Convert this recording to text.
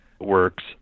works